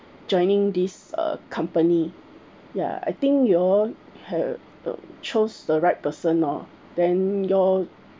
joining this uh company ya I think you have uh chose the right person lor then your